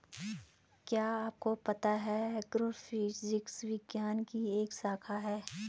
क्या आपको पता है एग्रोफिजिक्स विज्ञान की एक शाखा है?